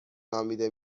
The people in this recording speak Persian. نامیده